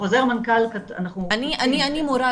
בחוזר מנכ"ל --- אני מורה,